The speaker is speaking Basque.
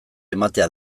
ematea